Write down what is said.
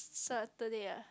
Saturday ah